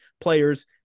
players